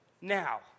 Now